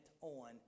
on